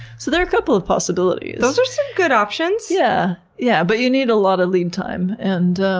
so there are a couple of possibilities. those are some good options. yeah yeah but you need a lot of lead time and.